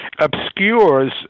obscures